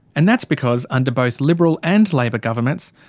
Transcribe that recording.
and that's because under both liberal and labor governments,